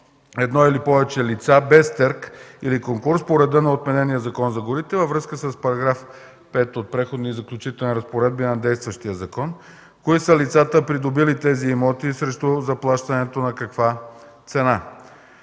едно или повече лица без търг или конкурс по реда на отменения Закон за горите във връзка с § 5 от Преходните и заключителните разпоредби на действащия закон? Кои са лицата, придобили тези имоти и срещу заплащането на каква цена?